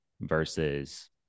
versus